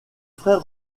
frères